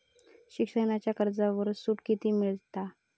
शिक्षणाच्या कर्जावर सूट किती मिळात?